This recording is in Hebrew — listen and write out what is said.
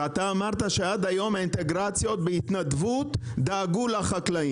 הרכבי, אמרנו שאנחנו נטפל בכל השלבים.